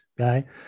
okay